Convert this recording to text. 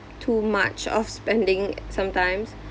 too much of spending sometimes